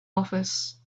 office